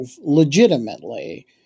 legitimately